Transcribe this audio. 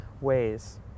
ways